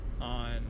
on